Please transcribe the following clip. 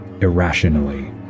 irrationally